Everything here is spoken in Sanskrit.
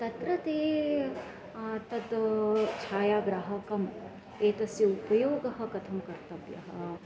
तत्र ते तत् छायाग्राहकम् एतस्य उपयोगः कथं कर्तव्यः